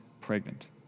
pregnant